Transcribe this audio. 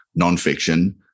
nonfiction